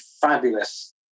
fabulous